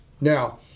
Now